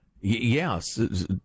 Yes